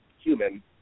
human